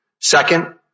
Second